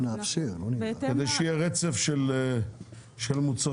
כדי שיהיה רצף של מוצרים.